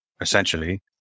essentially